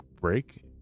break